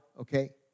okay